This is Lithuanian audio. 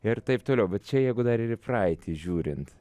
ir taip toliau bet čia jeigu dar ir į praeitį žiūrint